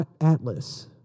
Atlas